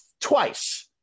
twice